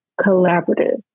collaborative